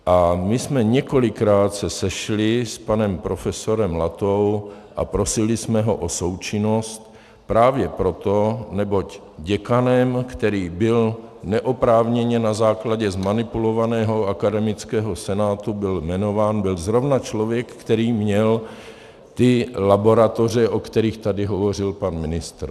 A my jsme se několikrát sešli s panem profesorem Latou a prosili jsme ho o součinnost právě proto, neboť děkanem, který byl neoprávněně na základě zmanipulovaného akademického senátu jmenován, byl zrovna člověk, který měl ty laboratoře, o kterých tady hovořil pan ministr.